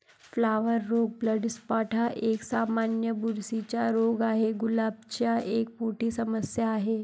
flower रोग black spot हा एक, सामान्य बुरशीचा रोग आहे, गुलाबाची एक मोठी समस्या आहे